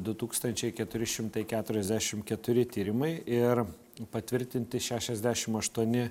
du tūkstančiai keturi šimtai keturiasdešimt keturi tyrimai ir patvirtinti šešiasdešimt aštuoni